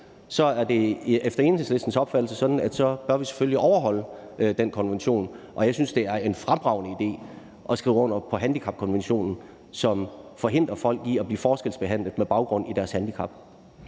er det efter Enhedslistens opfattelse sådan, at så bør vi selvfølgelig overholde den konvention. Og jeg synes, at det er en fremragende idé at skrive under på handicapkonventionen, som forhindrer folk i at blive forskelsbehandlet på baggrund af deres handicap.